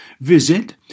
Visit